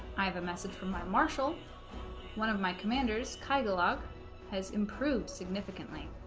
i have a message from my marshal one of my commanders catalogue has improved significantly